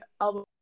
album